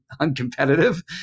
uncompetitive